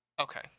Okay